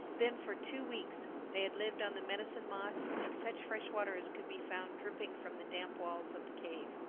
then for two weeks they had lived on the medicine-moss and such fresh water as could be found dripping from the damp walls of the cave.